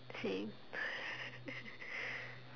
same